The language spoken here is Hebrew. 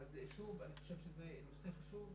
אז, שוב, אני חושב שזה נושא חשוב.